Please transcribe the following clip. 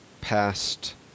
past